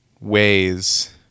ways